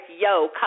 yo